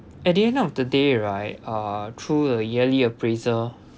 at the end of the day right uh through the yearly appraisal